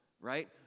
Right